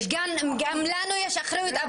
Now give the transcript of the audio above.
גם לנו יש אחריות,